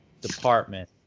department